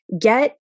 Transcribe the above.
get